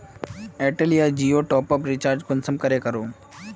Airtel या जियोर top up recharge कुंसम करे करूम?